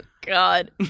God